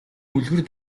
үлгэр